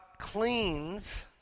cleans